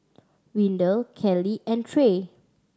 Windell Kellee and Tre